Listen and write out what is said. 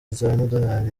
z’amadolari